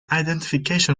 identification